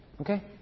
Okay